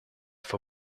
for